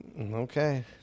Okay